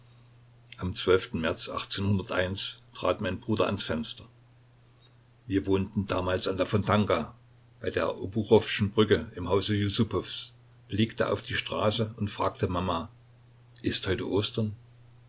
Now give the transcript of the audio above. am märz trat mein bruder ans fenster wir wohnten damals an der fontanka bei der obuchowschen brücke im hause jussupows blickte auf die straße und fragte mama ist heute ostern